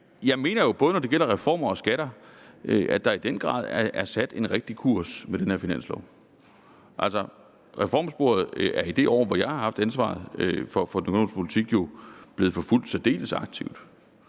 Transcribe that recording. jeg mener jo, både når det gælder reformer og skatter, at der i den grad er sat en rigtig kurs med den her finanslov. Altså, reformsporet er i det år, hvor jeg har haft ansvaret for den økonomiske politik, jo blevet fulgt særdeles aktivt.